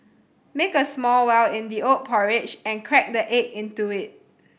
make a small well in the oat porridge and crack the egg into it